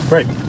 Right